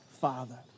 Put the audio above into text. Father